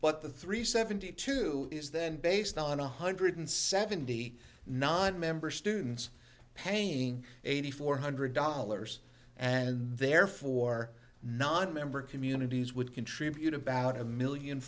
but the three seventy two is then based on one hundred seventy nine member students paying eighty four hundred dollars and therefore nonmember communities would contribute about a million